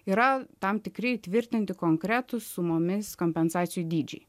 yra tam tikri įtvirtinti konkretūs su mumis kompensacijų dydžiai